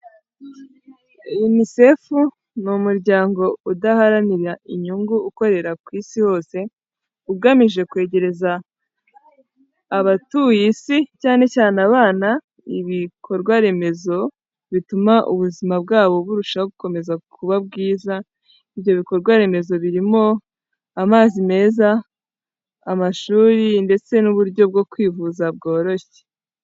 UNICEF ni umuryango udaharanira inyungu ukorera ku isi hose, ugamije kwegereza abatuye isi cyane cyane abana, ibikorwa remezo bituma ubuzima bwabo burushaho gukomeza kuba bwiza, ibyo bikorwa remezo birimo amazi meza, amashuri ndetse n'uburyo bwo kwivuza bworoshye.